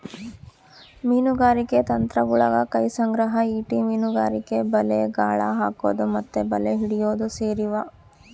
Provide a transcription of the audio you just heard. ಮೀನುಗಾರಿಕೆ ತಂತ್ರಗುಳಗ ಕೈ ಸಂಗ್ರಹ, ಈಟಿ ಮೀನುಗಾರಿಕೆ, ಬಲೆ, ಗಾಳ ಹಾಕೊದು ಮತ್ತೆ ಬಲೆ ಹಿಡಿಯೊದು ಸೇರಿವ